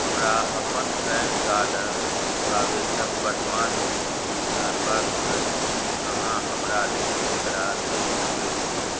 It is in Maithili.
हमरा अपन पैन कार्डके आवेदनके वर्तमान इस्थिति जानवाक अछि कि अहाँ हमरा लेल एकरा देखि सकै छी